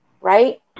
right